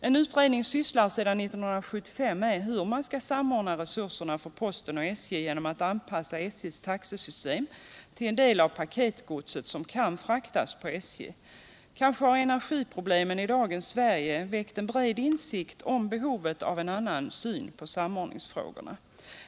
En utredning sysslar sedan 1975 med hur man skall samordna resurserna för posten och SJ genom att anpassa SJ:s taxesystem tillen del av paketgodset som kan fraktas på SJ. Kanske har energiproblemen idagens Sverige väckt en bred insikt om behovet av en annan syn på samordningsfrågorna.